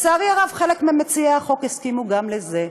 לצערי הרב, חלק ממציעי החוק הסכימו גם לזה.